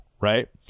right